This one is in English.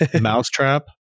Mousetrap